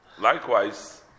Likewise